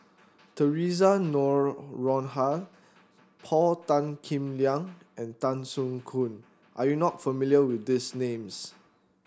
Theresa Noronha Paul Tan Kim Liang and Tan Soo Khoon are you not familiar with these names